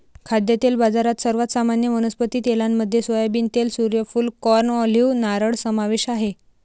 खाद्यतेल बाजारात, सर्वात सामान्य वनस्पती तेलांमध्ये सोयाबीन तेल, सूर्यफूल, कॉर्न, ऑलिव्ह, नारळ समावेश आहे